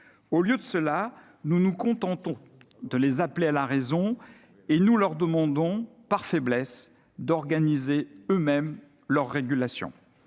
Au lieu de cela, nous nous contentons de les appeler à la raison et nous leur demandons, par faiblesse, d'organiser eux-mêmes leur régulation.